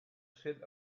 said